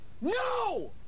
No